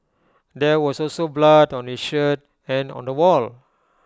there was also blood on his shirt and on the wall